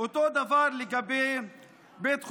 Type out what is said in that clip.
אותו דבר לגבי בית חולים.